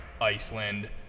Iceland